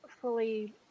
fully